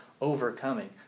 overcoming